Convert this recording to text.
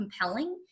compelling